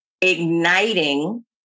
igniting